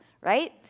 right